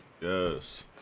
yes